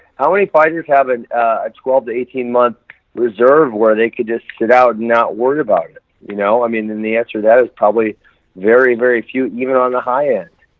how many fighters having a twelve to eighteen month reserve where they could just sit out not worried about it? you know i mean and the answer that is probably very, very few even on the high end.